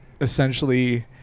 essentially